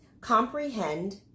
comprehend